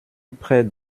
près